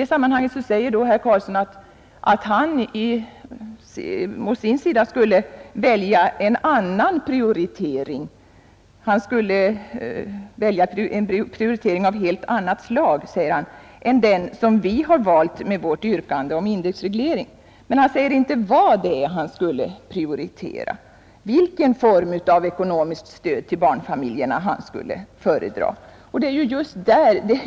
Och sedan sade herr Karlsson att han för sin del skulle välja en prioritering av helt annat slag än den som vpk har valt med sitt yrkande om indexreglering. Men han sade inte vad han skulle prioritera, vilken form av ekonomiskt stöd till barnfamiljerna han skulle föredra, Och det är ju